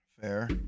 Fair